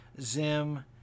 zim